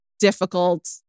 difficult